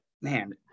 man